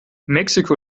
mexiko